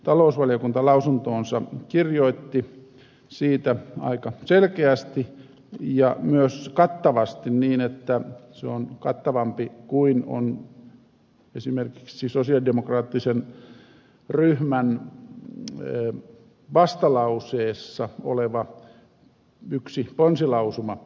talousvaliokunta kirjoitti lausuntoonsa siitä aika selkeästi ja myös kattavasti niin että se on kattavampi kuin esimerkiksi sosialidemokraattisen ryhmän vastalauseessa oleva yksi ponsilausuma